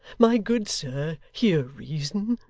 my good sir, hear reason.